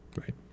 right